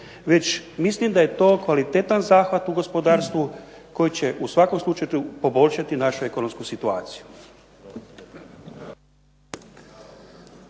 već mislim da je to kvalitetan zahvat u gospodarstvu koji će u svakom slučaju poboljšati našu ekonomsku situaciju.